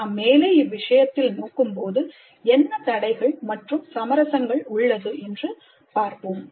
நாம் மேலே இவ்விஷயத்தில் நோக்கும்போது என்ன தடைகள் மற்றும் சமரசங்கள் உள்ளது என்று பார்ப்போம்